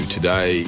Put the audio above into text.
Today